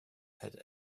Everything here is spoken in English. had